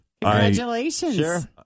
Congratulations